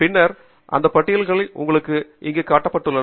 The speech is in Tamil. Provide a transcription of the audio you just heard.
பின்னர் அந்த பட்டியல்கள் உங்களுக்கு இங்கே காட்டப்பட்டுள்ளன